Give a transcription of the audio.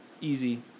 Easy